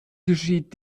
geschieht